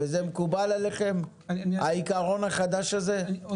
מקובל עליכם העיקרון החדש הזה במשרד המשפטים?